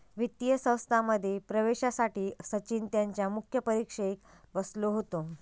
वित्तीय संस्थांमध्ये प्रवेशासाठी सचिन त्यांच्या मुख्य परीक्षेक बसलो होतो